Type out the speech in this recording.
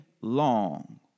long